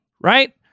right